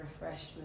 refreshed